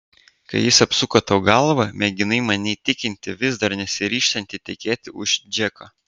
kai jis apsuko tau galvą mėginai mane įtikinti vis dar nesiryžtanti tekėti už džeko